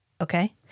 Okay